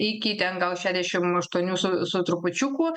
iki ten gal šedešim aštuonių su su trupučiuku